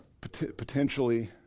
Potentially